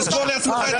תסגור לעצמך את